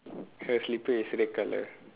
her slipper is red colour